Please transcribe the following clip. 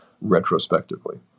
retrospectively